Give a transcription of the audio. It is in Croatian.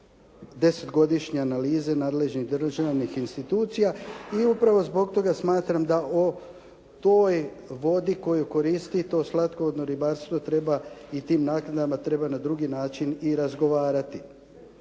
desetgodišnje analize nadležnih državnih institucija i upravo zbog toga smatram da o toj vodi koje koristi to slatkovodno ribarstvo i tim naknadama treba na drugi način i razgovarati.